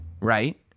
right